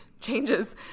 changes